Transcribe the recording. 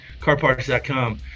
CarParts.com